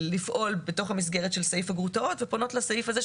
לפעול בתוך המסגרת של סעיף הגרוטאות ואז הן פונות לסעיף הזה,